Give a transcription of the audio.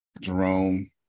Jerome